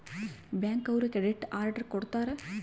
bank ಅವ್ರು credit card ಕೊಡ್ತಾರ